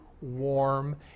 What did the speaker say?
warm